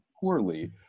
poorly